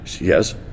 Yes